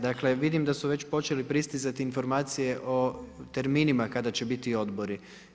Dakle vidim da su već počele pristizati informacije o terminima kada će biti odbori.